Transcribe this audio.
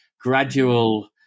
gradual